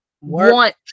want